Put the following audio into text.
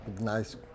Nice